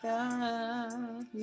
God